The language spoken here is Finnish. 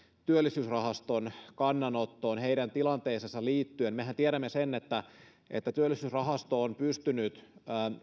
työllisyysrahaston kannanottoon heidän tilanteeseensa liittyen mehän tiedämme sen että että työllisyysrahasto on pystynyt